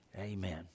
Amen